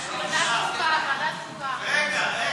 יפה, עכשיו, כולנו בעד.